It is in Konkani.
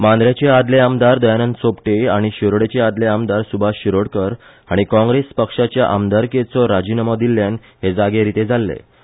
मांदरेचें आदले आमदार दयानंद सोपटे आनी शिरोडेचे आदले आमदार सुभाष शिरोडकार हांणी काँग्रेस पक्षाच्या आमदारकेचो राजिनामो दिल्ल्यान ह्यो सुवातो रित्यो जाल्ल्यो